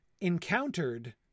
encountered